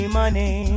money